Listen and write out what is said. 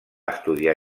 estudiar